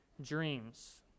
dreams